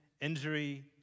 injury